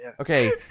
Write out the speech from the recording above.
Okay